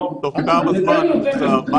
תוך כמה זמן הוא מוחזר?